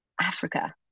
Africa